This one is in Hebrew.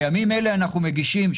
בימים אלה אנחנו מגישים,